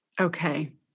Okay